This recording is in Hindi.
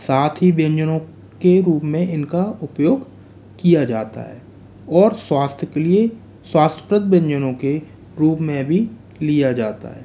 साथ ही व्यंजनों के रूप में इनका उपयोग किया जाता है और स्वास्थ्य के लिए स्वास्थ्यप्रद व्यंजनों के रूप में भी लिया जाता है